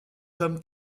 tom